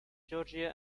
georgia